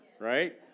Right